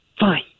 Fine